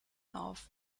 auf